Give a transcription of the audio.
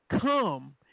come